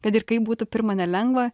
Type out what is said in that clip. kad ir kaip būtų pirma nelengva